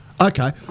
Okay